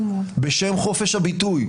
בשם חופש הביטוי,